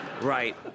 Right